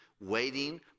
waiting